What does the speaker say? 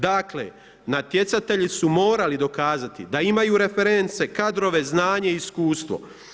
Dakle, natjecatelji su morali dokazati da imaju reference, kadrove, znanje i iskustvo.